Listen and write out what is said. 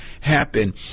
happen